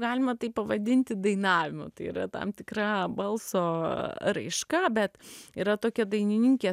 galima taip pavadinti dainavimu tai yra tam tikra balso raiška bet yra tokia dainininkė